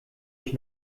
ich